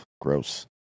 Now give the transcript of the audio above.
gross